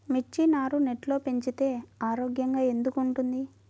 మిర్చి నారు నెట్లో పెంచితే ఆరోగ్యంగా ఎందుకు ఉంటుంది?